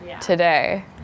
today